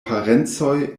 parencoj